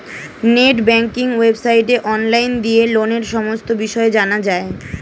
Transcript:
net banking ওয়েবসাইটে online গিয়ে লোনের সমস্ত বিষয় জানা যায়